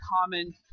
common